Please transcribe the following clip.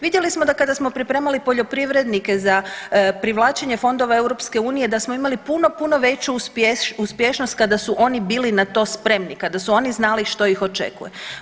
Vidjeli smo da kada smo pripremali poljoprivrednike za privlačenje fondova Europske unije da smo imali puno, puno veću uspješnost kada su oni bili na to spremni, kada su oni što ih očekuje.